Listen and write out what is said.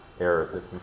errors